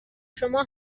شما